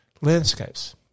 landscapes